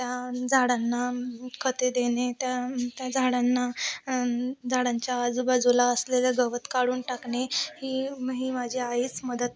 त्या झाडांना खते देणे त्या त्या झाडांना झाडांच्या आजूबाजूला असलेलं गवत काढून टाकणे ही ही माझी आईच मदत